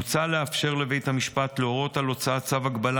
מוצע לאפשר לבית המשפט להורות על הוצאת צו הגבלה